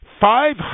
five